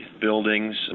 buildings